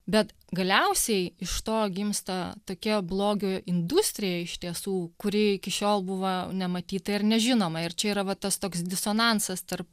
bet galiausiai iš to gimsta tokia blogio industrija iš tiesų kuri iki šiol buvo nematyta ir nežinoma ir čia yra va tas toks disonansas tarp